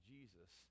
Jesus